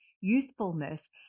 youthfulness